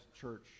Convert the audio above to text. Church